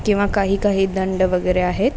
किंवा काही काही दंड वगैरे आहेत